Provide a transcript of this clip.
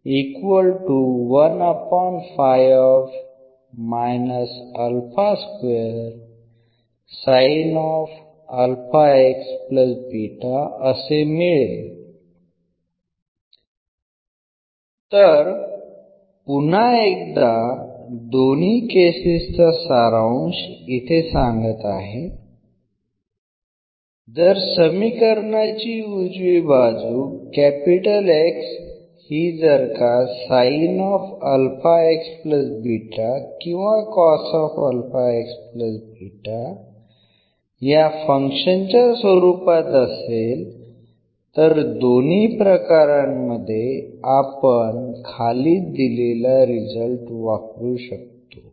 तर पुन्हा एकदा दोन्ही केसेसचा सारांश इथे सांगत आहे जर समीकरणाची उजवी बाजू X ही जर किंवा या फंक्शनच्या स्वरूपात असेल तर दोन्ही प्रकारांमध्ये आपण खाली दिलेला रिझल्ट वापरू शकतो